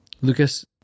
Lucas